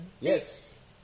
Yes